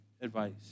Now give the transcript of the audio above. advice